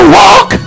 walk